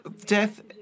death